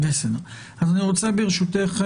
ברשותך,